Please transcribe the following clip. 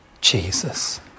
Jesus